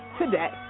today